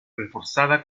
reforzada